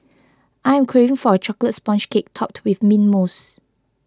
I am craving for a Chocolate Sponge Cake Topped with Mint Mousse